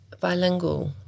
bilingual